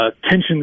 tensions